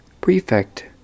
Prefect